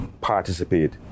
participate